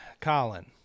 Colin